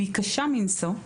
והיא קשה מנשוא,